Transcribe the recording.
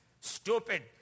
stupid